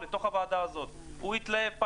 כמו כל משרד אחר בסוף יש תעדופים,